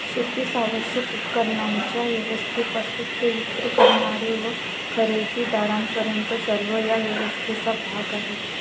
शेतीस आवश्यक उपकरणांच्या व्यवस्थेपासून ते विक्री करणारे व खरेदीदारांपर्यंत सर्व या व्यवस्थेचा भाग आहेत